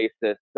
basis